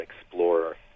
Explorer